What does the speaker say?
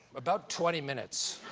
about twenty minutes.